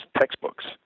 textbooks